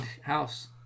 house